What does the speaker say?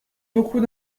beaucoup